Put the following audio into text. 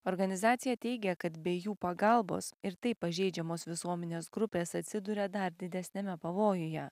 organizacija teigia kad bei jų pagalbos ir taip pažeidžiamos visuomenės grupės atsiduria dar didesniame pavojuje